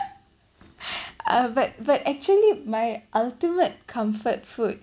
uh but but actually my ultimate comfort food